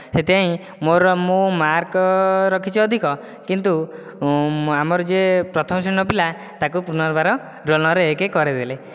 ସେଥିପାଇଁ ମୋର ମୁଁ ମାର୍କ ରଖିଛି ଅଧିକ କିନ୍ତୁ ଆମର ଯିଏ ପ୍ରଥମ ଶ୍ରେଣୀର ପିଲା ତାକୁ ପୁନର୍ବାର ରୋଲ ନମ୍ବର ଏକ କରାଇଦେଲେ